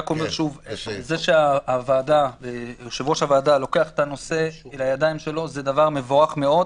זה שיושב ראש הוועדה לוקח את הנושא לידיים שלו זה דבר מבורך מאוד.